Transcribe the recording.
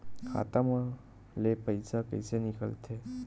खाता मा ले पईसा कइसे निकल थे?